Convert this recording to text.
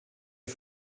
ihr